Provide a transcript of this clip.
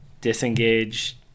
disengage